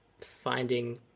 finding